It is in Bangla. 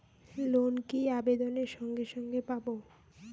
লোন কি আবেদনের সঙ্গে সঙ্গে পাব?